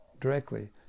directly